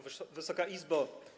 Wysoka Izbo!